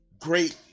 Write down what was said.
great